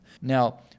Now